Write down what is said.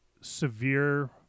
severe